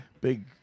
Big